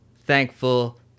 thankful